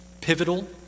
pivotal